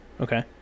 Okay